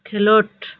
ᱠᱷᱮᱞᱳᱰ